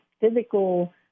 physical